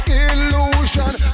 illusion